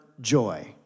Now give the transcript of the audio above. Joy